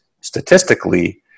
statistically